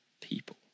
people